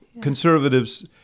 conservatives